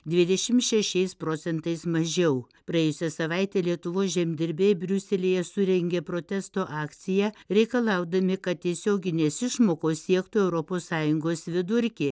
dvidešim šešiais procentais mažiau praėjusią savaitę lietuvos žemdirbiai briuselyje surengė protesto akciją reikalaudami kad tiesioginės išmokos siektų europos sąjungos vidurkį